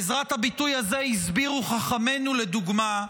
בעזרת הביטוי הזה הסבירו חכמינו, לדוגמה,